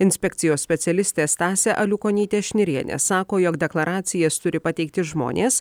inspekcijos specialistė stasė aliukonytė šnirienė sako jog deklaracijas turi pateikti žmonės